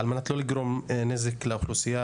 על מנת לא לגרום נזק לאוכלוסייה,